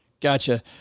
Gotcha